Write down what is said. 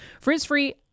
Frizz-free